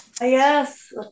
Yes